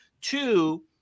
Two